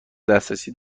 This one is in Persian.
دسترسی